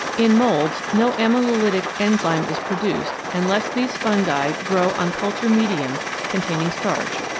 in moulds no amylolytic enzyme is produced unless these fungi grow on culture medium containing starch,